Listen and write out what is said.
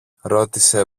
ρώτησε